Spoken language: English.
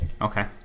Okay